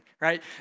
right